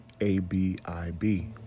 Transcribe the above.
A-B-I-B